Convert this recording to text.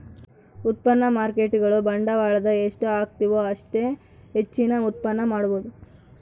ಉತ್ಪನ್ನ ಮಾರ್ಕೇಟ್ಗುಳು ಬಂಡವಾಳದ ಎಷ್ಟು ಹಾಕ್ತಿವು ಅಷ್ಟೇ ಹೆಚ್ಚಿನ ಉತ್ಪನ್ನ ಮಾಡಬೊದು